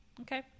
Okay